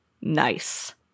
Nice